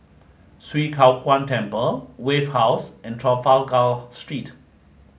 Swee Kow Kuan Temple Wave House and Trafalgar Street